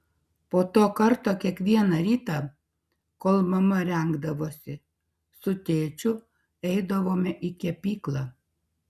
po to karto kiekvieną rytą kol mama rengdavosi su tėčiu eidavome į kepyklą